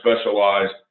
specialized